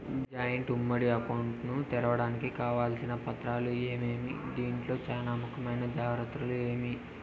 Joint ఉమ్మడి account ను తెరవడానికి కావాల్సిన పత్రాలు ఏమేమి? దీంట్లో చానా ముఖ్యమైన జాగ్రత్తలు ఏమి?